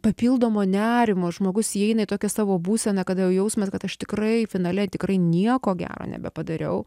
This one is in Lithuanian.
papildomo nerimo žmogus įeina į tokią savo būseną kada jau jausmas kad aš tikrai finale tikrai nieko gero nebepadariau